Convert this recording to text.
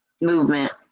movement